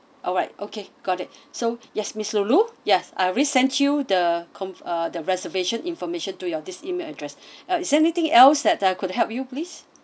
alright okay got it so yes miss lulu yes I'll resend you the con~ uh the reservation information to your this email address uh is there anything else that I could help you please